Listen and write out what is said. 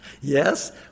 yes